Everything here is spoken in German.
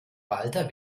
walter